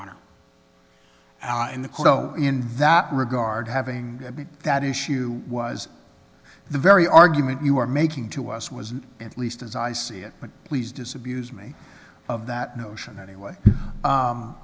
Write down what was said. in the in that regard having that issue was the very argument you were making to us wasn't at least as i see it but please disabuse me of that notion anyway